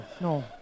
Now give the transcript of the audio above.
no